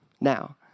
now